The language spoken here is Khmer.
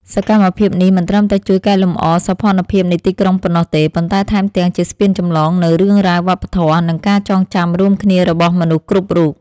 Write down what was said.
សកម្មភាពនេះមិនត្រឹមតែជួយកែលម្អសោភ័ណភាពនៃទីក្រុងប៉ុណ្ណោះទេ ប៉ុន្តែថែមទាំងជាស្ពានចម្លងនូវរឿងរ៉ាវ វប្បធម៌ និងការចងចាំរួមគ្នារបស់មនុស្សគ្រប់រូប។